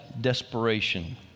desperation